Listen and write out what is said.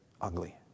ugly